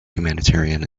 humanitarian